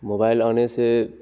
mobile आने से